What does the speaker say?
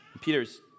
Peter's